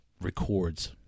records